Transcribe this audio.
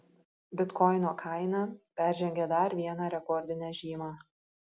bitkoino kaina peržengė dar vieną rekordinę žymą